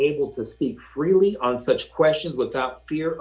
able to speak freely on such questions without fear